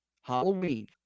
Halloween